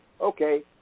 okay